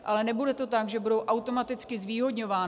Ale nebude to tak, že budou automaticky zvýhodňovány.